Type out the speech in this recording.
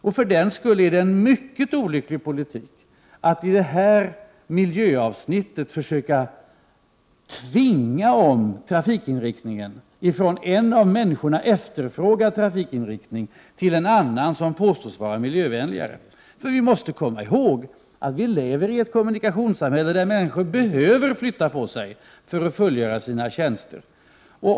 Därför är det en mycket olycklig politik att i detta miljöavsnitt försöka tvinga om trafikinriktningen ifrån en av människorna efterfrågad trafikinriktning till en annan som påstås vara miljövänligare. Vi måste komma ihåg att vi lever i ett kommunikationssamhälle, där människorna behöver flytta på sig för att kunna fullgöra sina tjänster.